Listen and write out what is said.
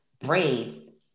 braids